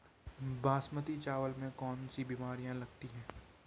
बासमती चावल में कौन कौन सी बीमारियां लगती हैं?